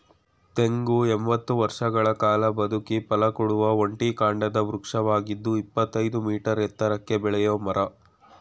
ತೆಂಗು ಎಂಬತ್ತು ವರ್ಷಗಳ ಕಾಲ ಬದುಕಿ ಫಲಕೊಡುವ ಒಂಟಿ ಕಾಂಡದ ವೃಕ್ಷವಾಗಿದ್ದು ಇಪ್ಪತ್ತಯ್ದು ಮೀಟರ್ ಎತ್ತರಕ್ಕೆ ಬೆಳೆಯೋ ಮರ